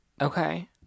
Okay